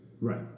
right